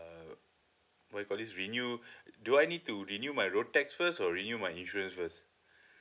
uh what we call this renew do I need to renew my road tax first or renew my insurance first